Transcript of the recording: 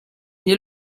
nie